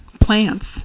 plants